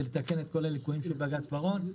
לתקן את כל הליקויים של בג"ץ בראון.